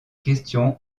question